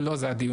לא זה הדיון.